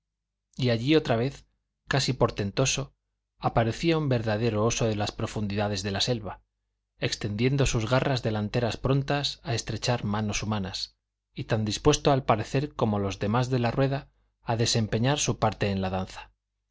y allí otra vez casi portentoso aparecía un verdadero oso de las profundidades de la selva extendiendo sus garras delanteras prontas a estrechar manos humanas y tan dispuesto al parecer como los demás de la rueda a desempeñar su parte en la danza